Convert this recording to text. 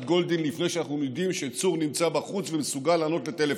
גולדין לפני שאנחנו יודעים שצור נמצא בחוץ ומסוגל לענות לטלפון,